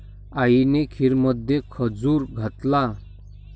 आईने खीरमध्ये खजूर घातला